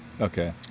Okay